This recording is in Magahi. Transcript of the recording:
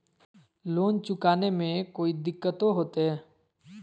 लोन चुकाने में कोई दिक्कतों होते?